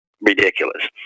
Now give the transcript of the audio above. ridiculous